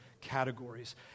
categories